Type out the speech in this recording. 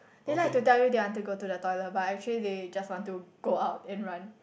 they like to tell you they want to go to the toilet but actually they just want to go out and run